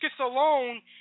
alone